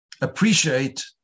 appreciate